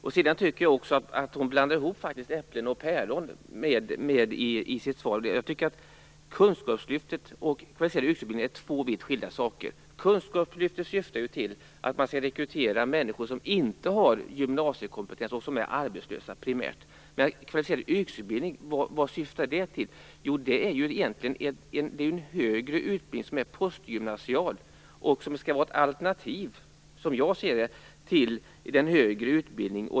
Jag tycker också att hon blandar äpplen och päron i sitt svar, eftersom Kunskapslyftet och Kvalificerad yrkesutbildning är två vitt skilda saker. Kunskapslyftet syftar ju primärt till att man skall rekrytera människor som inte har gymnasiekompetens och som är arbetslösa. Vad syftar Kvalificerad yrkesutbildning till? Det är ju en högre utbildning som är postgymnasial och som skall vara ett alternativ, som jag ser det, till den högre utbildningen.